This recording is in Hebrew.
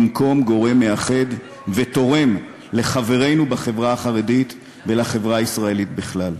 במקום גורם מאחד ותורם לחברינו בחברה החרדית ולחברה הישראלית בכלל.